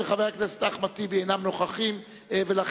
מרצ, אינה נוכחת.